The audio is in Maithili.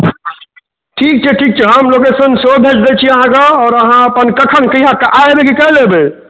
ठीक छै ठीक छै हम लोकेशन सेहो भेज दै छी आहाँके आओर आहाँ अपन कखन कहिआ कखन आइ एबै कि काल्हि एबै